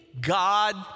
God